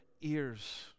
ears